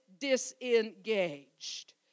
disengaged